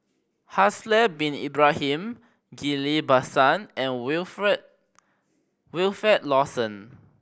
Haslir Bin Ibrahim Ghillie Basan and Wilfed Wilfed Lawson